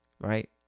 right